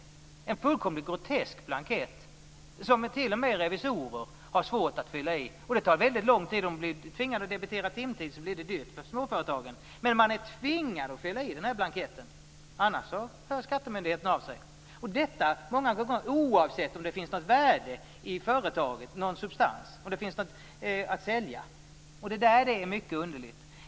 Det är en fullkomligt grotesk blankett som t.o.m. revisorer har svårt att fylla i. Det tar väldigt lång tid. Om de blir tvingade att debitera timtid blir det dyrt för småföretagen. Man är tvingad att fylla i den här blanketten, annars hör skattemyndigheten av sig. Detta gäller många gånger oavsett om det finns något värde i företaget, om det finns något att sälja. Det är mycket underligt.